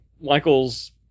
Michael's